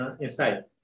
inside